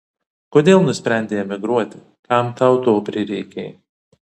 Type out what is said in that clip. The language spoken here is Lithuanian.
kodėl nusprendei emigruoti kam tau to prireikė